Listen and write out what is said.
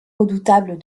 redoutable